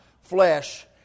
flesh